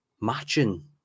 matching